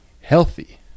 healthy